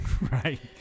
Right